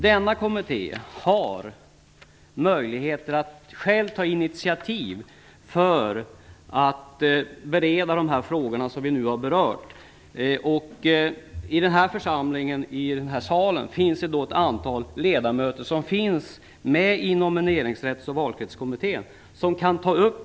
Denna kommitté har möjligheter att själv ta initiativ till att bereda de frågor som vi nu har berört. Ett antal ledamöter i den här salen är med i Nomineringsrätts och valkretskommittén.